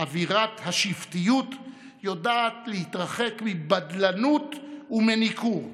אווירת השבטיות יודעת להתרחק מבדלנות ומניכור,